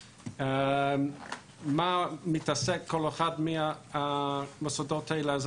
במה מתעסק כל אחד מהמוסדות האלה?